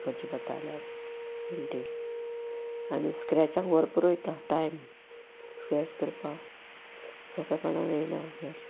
करचें पडटाल्यार पेंटींग आनी स्क्रॅचाक भरपूर वयता टायम स्क्रॅच करपाक सोंपेपणान येयना स्क्रेचाक